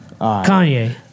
Kanye